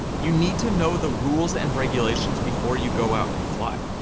you need to know the rules and regulations before you go out and fly.